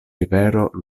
rivero